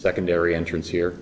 secondary entrance here